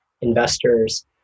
investors